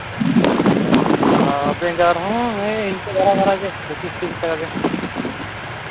ᱚᱻ ᱵᱮᱸᱜᱟᱲ ᱨᱮᱦᱚᱸ ᱦᱮᱸ ᱤᱱᱠᱟᱹ ᱫᱷᱟᱨᱟᱼᱫᱷᱟᱨᱟ ᱜᱮ ᱯᱚᱸᱪᱤᱥᱼᱛᱤᱨᱤᱥ ᱴᱟᱠᱟ ᱜᱮ